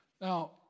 Now